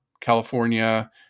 California